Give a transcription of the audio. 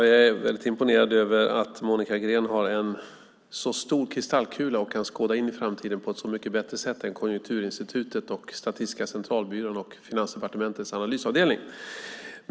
Herr talman! Jag är imponerad över att Monica Green har en så stor kristallkula och kan skåda in i framtiden på ett mycket bättre sätt än Konjunkturinstitutet, Statistiska centralbyrån och Finansdepartementets analysavdelning.